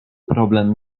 problem